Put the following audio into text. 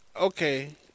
okay